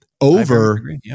over